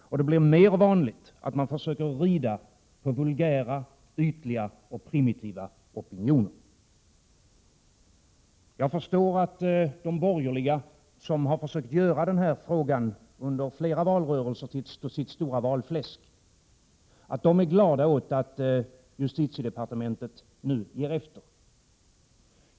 Det blir mer vanligt att man försöker rida på vulgära, ytliga och primitiva opinioner. Jag förstår att de borgerliga, som under flera valrörelser har försökt göra den här frågan till sitt stora valfläsk, är glada åt att justitiedepartementet nu ger efter.